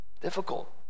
Difficult